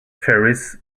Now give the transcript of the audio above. ferries